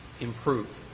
improve